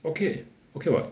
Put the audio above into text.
okay okay [what]